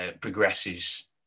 progresses